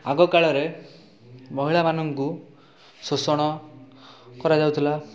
ଆଗ କାଳରେ ମହିଳାମାନଙ୍କୁ ଶୋଷଣ କରାଯାଉଥିଲା